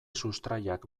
sustraiak